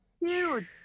Huge